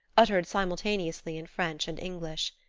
uttered simultaneously in french and english.